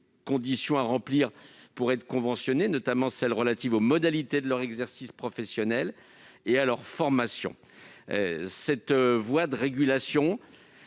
conditions à remplir pour être conventionné, notamment celles relatives aux modalités de l'exercice professionnel des médecins et à leur formation. La voie de la régulation